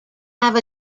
have